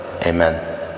Amen